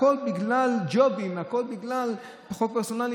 הכול בגלל ג'ובים, הכול בגלל חוק פרסונלי.